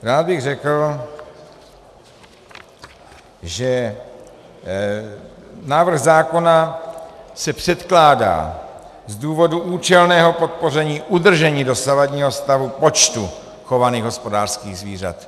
Rád bych řekl, že návrh zákona se předkládá z důvodu účelného podpoření udržení dosavadního stavu počtu chovaných hospodářských zvířat.